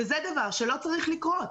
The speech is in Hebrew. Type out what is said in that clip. וזה דבר שלא צריך לקרות.